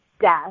death